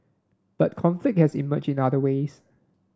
but conflict has emerged in other ways